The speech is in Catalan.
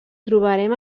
trobarem